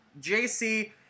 JC